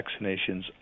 vaccinations